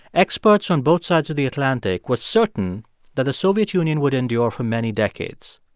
experts on both sides of the atlantic were certain that the soviet union would endure for many decades.